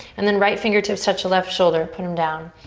and then right fingertips touch the left shoulder, put em down.